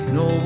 no